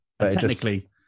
technically